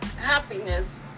happiness